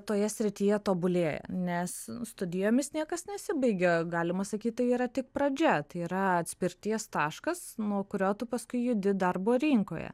toje srityje tobulėja nes studijomis niekas nesibaigia galima sakyt yra tik pradžia tai yra atspirties taškas nuo kurio tu paskui judi darbo rinkoje